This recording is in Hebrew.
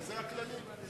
אלה הכללים.